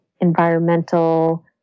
environmental